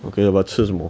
okay lah but 吃什么